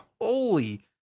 Holy